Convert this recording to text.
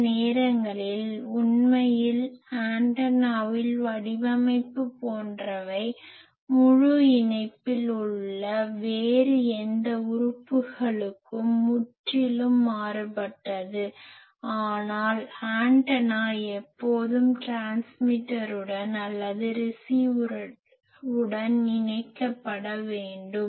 சில நேரங்களில் உண்மையில் ஆண்டனாவில் வடிவமைப்பு போன்றவை முழு இணைப்பில் உள்ள வேறு எந்த உறுப்புகளிலிருந்தும் முற்றிலும் மாறுபட்டது ஆனால் ஆண்டனா எப்போதும் டிரான்ஸ்மிட்டருடன் அல்லது ரிசீவருடன் இணைக்கப்பட வேண்டும்